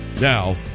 Now